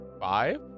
five